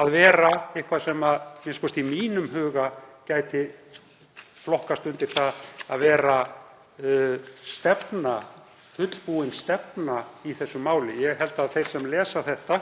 að vera eitthvað sem a.m.k. í mínum huga gæti flokkast undir það að vera fullbúin stefna í þessu máli. Ég held að þeir sem lesa þetta